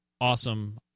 awesome